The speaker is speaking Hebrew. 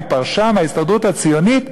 פרשה מההסתדרות הציונית,